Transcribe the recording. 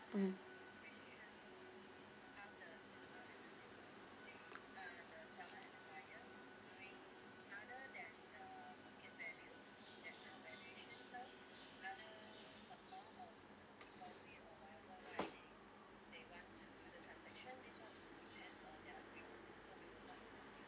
mm